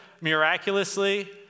miraculously